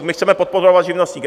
My chceme podporovat živnostníky.